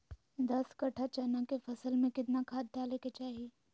दस कट्ठा चना के फसल में कितना खाद डालें के चाहि?